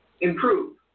improve